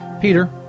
Peter